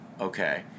okay